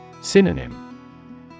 Synonym